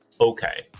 Okay